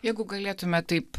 jeigu galėtume taip